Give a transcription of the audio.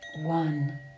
one